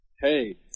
Hey